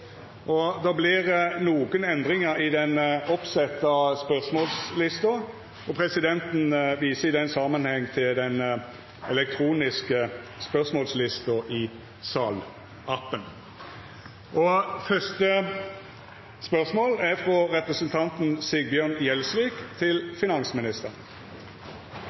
endringar i den oppsette spørsmålslista, og presidenten viser i den samanhengen til den elektroniske spørsmålslista. Presidenten gjer framlegg om at dei føreslåtte endringane i